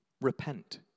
Repent